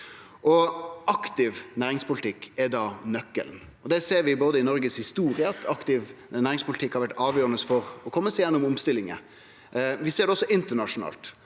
aktiv næringspolitikk er da nøkkelen. I noregshistoria ser vi at ein aktiv næringspolitikk har vore avgjerande for å kome seg gjennom omstillingar. Vi ser det også internasjonalt,